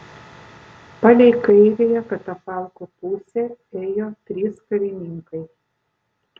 palei kairiąją katafalko pusę ėjo trys karininkai